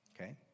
Okay